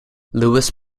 lewis